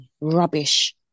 rubbish